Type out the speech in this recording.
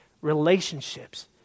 relationships